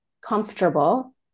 comfortable